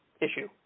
issue